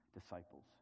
disciples